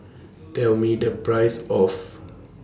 Tell Me The Price of